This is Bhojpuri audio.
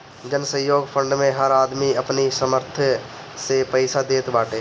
जनसहयोग फंड मे हर आदमी अपनी सामर्थ्य से पईसा देत बाटे